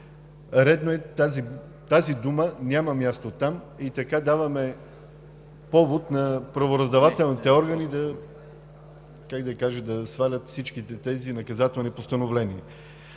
нарушил. Тази дума няма място там и така даваме повод на правораздавателните органи, как да кажа, да свалят всички тези наказателни постановления.